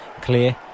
clear